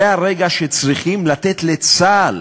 זה הרגע שצריכים לתת לצה"ל,